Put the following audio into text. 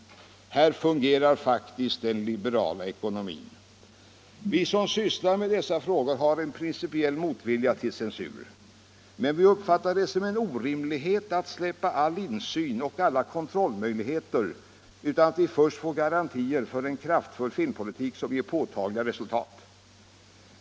Här fungerar faktiskt den liberala ekonomin — marknadskrafternas fria spel utan alltför omfattande korrigeringsåtgärder. Vi som sysslar med dessa frågor har en principiell motvilja för censur. Men vi uppfattar det som en orimlighet att släppa all insyn och alla kontrollmöjligheter utan att vi först får garantier för en kraftfull filmpolitik som ger påtagliga resultat.